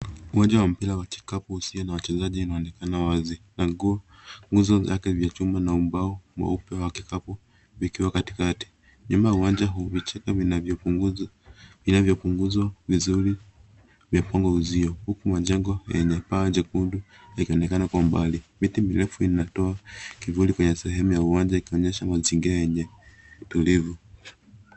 Uwanja wa mpira wa kikapu isio na wachezaji unaonekana wazi na nguzo zake vya chuma na mbao mweupe wa kikapu vikiwa katikati. Nyuma ya uwanja huu, vichaka vinavyopunguzwa vizuri vimepanga uzio huku majengo yenye paa jekundu vikionekana kwa mbali. Miti mirefu inatoa kivuli kwenye sehemu ya uwanja ikionyesha mazingira yenye utulivu.